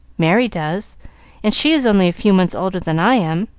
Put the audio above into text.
merry does and she is only a few months older than i am.